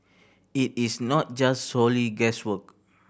it is not just solely guesswork